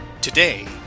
Today